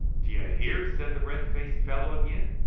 d'yer hear? said the red-faced fellow again.